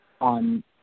on